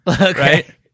Okay